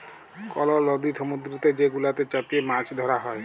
call লদি সমুদ্দুরেতে যে গুলাতে চ্যাপে মাছ ধ্যরা হ্যয়